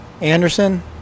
anderson